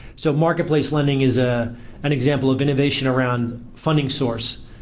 so marketplace lending is ah an example of innovation around funding source.